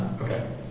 Okay